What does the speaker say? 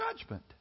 judgment